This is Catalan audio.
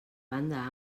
banda